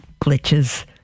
glitches